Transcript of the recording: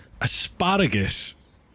Asparagus